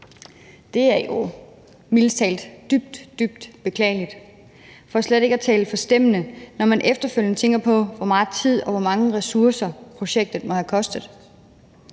Det er jo mildest talt dybt, dybt beklageligt, for slet ikke at sige forstemmende, når man efterfølgende tænker på, hvor meget tid og hvor mange ressourcer der må være blevet